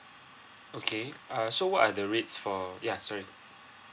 okay uh so what are the rates for ya sorry